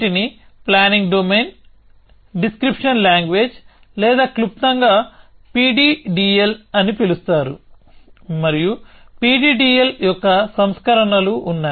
వీటిని planning domain description language లేదా క్లుప్తంగా PDDL అని పిలుస్తారు మరియు PDDL యొక్క సంస్కరణలు ఉన్నాయి